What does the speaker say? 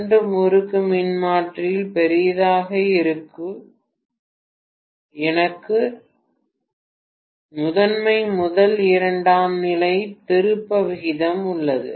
இரண்டு முறுக்கு மின்மாற்றியில் பெரியதாக இருக்க எனக்கு முதன்மை முதல் இரண்டாம் நிலை திருப்ப விகிதம் உள்ளது